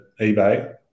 ebay